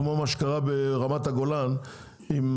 כמו מה שקרה ברמת הגולן עם